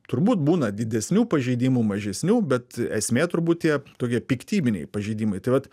turbūt būna didesnių pažeidimų mažesnių bet esmė turbūt tie tokie piktybiniai pažeidimai tai vat